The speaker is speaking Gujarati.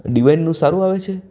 ડિવાઇનનું સારું આવે છે